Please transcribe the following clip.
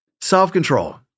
Self-control